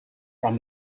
from